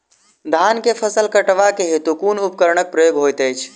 धान केँ फसल कटवा केँ हेतु कुन उपकरणक प्रयोग होइत अछि?